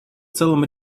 целым